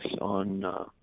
on